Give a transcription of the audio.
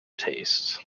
tastes